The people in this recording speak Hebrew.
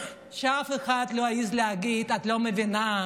שאף אחד לא יעז להגיד: את לא מבינה,